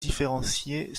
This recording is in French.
différenciées